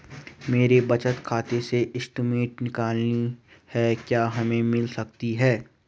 मेरे बचत खाते से स्टेटमेंट निकालनी है क्या हमें मिल सकती है?